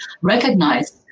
recognize